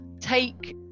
take